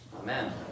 Amen